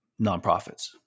nonprofits